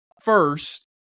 first